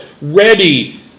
ready